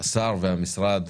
השר והמשרד: